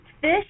fish